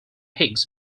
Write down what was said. higgs